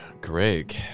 Greg